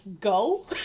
go